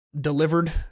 delivered